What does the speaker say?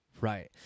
Right